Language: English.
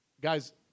Guys